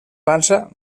pansa